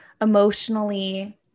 emotionally